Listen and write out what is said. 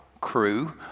crew